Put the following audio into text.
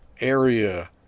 area